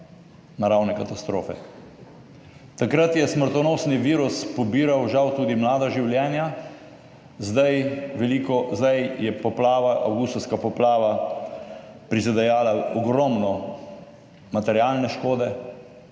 naravne katastrofe. Takrat je smrtonosni virus pobiral žal tudi mlada življenja. Zdaj je poplava, avgustovska poplava prizadela ogromno materialne škode